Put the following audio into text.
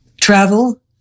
Travel